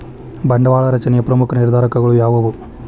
ಬಂಡವಾಳ ರಚನೆಯ ಪ್ರಮುಖ ನಿರ್ಧಾರಕಗಳು ಯಾವುವು